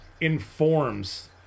informs